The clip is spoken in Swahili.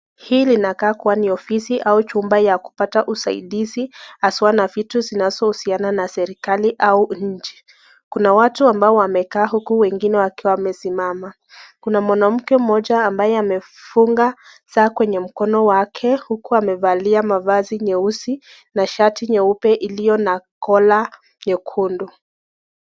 Hii linakaa kuwa ni ofisi au jumba ya kupata usaidizi haswa na vitu zinazohusiana na serikali au nchi. Kuna watu ambao wamekaa huku wengine wakiwa wamesimama. Kuna mwanamke mmoja ambaye amefunga saa kwenye mkono wake huku amevalia mavazi nyeusi na shati nyeupe ilio na kola nyekundu.